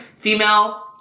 female